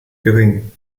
gering